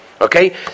okay